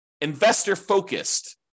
investor-focused